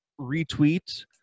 retweet